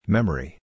Memory